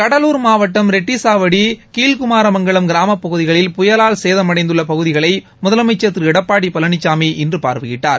கடலூர் மாவட்டம் ரெட்டிசாவடி கீழ்குமாரமங்கலம் கிராமப் பகுதிகளில் புயலால் சேதமடைந்துள்ள பகுதிகளை முதலமைச்சர் திரு எடப்பாடி பழனிசாமி இன்று பார்வையிட்டார்